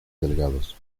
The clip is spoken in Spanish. delgados